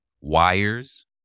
wires